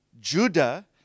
Judah